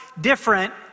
different